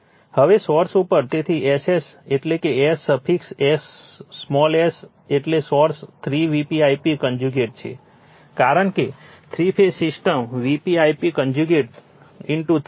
હવે સોર્સ ઉપર તેથી Ss એટલે કે S suffix s small s એટલે સોર્સ 3 Vp Ip કન્જ્યુગેટ છે કારણ કે three phase system Vp Ip conjugate 3 છે